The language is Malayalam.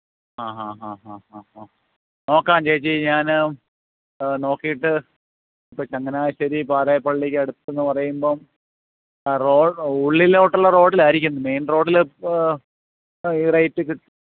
ആഹ് ഹാ ഹാ ഹാ ഹാ ഹാ നോക്കാം ചേച്ചി ഞാൻ നോക്കീട്ട് ഇപ്പം ചങ്ങനാശ്ശേരി പാലായിപ്പള്ളിക്ക് അടുത്തെന്ന് പറയുമ്പം ഉള്ളിലോട്ടുള്ള റോഡിലായിരിക്കും മെയിന് റോഡിൽ ഈ റേറ്റ് കി